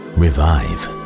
revive